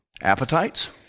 Appetites